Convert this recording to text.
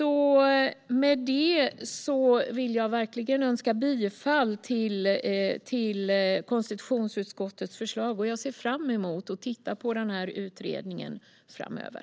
Med detta yrkar jag bifall till konstitutionsutskottets förslag. Jag ser fram emot att titta på utredningen framöver.